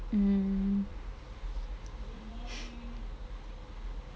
mm mm